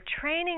training